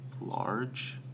large